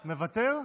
מוותר?